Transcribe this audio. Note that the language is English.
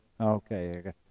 Okay